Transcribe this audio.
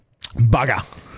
Bugger